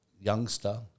youngster